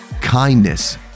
kindness